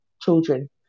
children